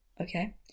Okay